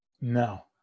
No